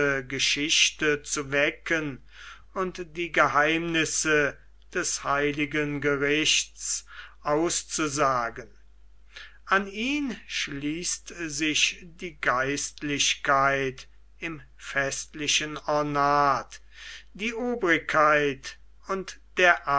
geschichte zu wecken und die geheimnisse des heiligen gerichts auszusagen an ihn schließt sich die geistlichkeit im festlichen ornat die obrigkeit und der